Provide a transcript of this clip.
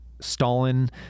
Stalin